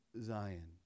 Zion